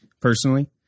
personally